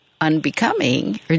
unbecoming